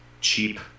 cheap